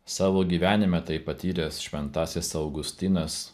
savo gyvenime tai patyręs šventasis augustinas